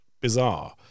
bizarre